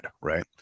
Right